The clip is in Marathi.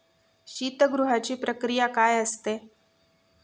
शीतगृहाची प्रक्रिया काय असते?